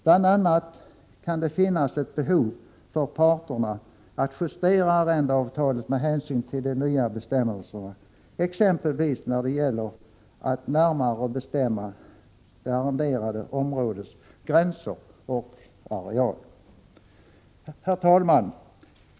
Bl.a. kan det finnas ett behov för parterna att justera arrendeavtalet med hänsyn till de nya bestämmelserna, exempelvis när det gäller att närmare bestämma det arrenderade områdets gränser och areal. Herr talman!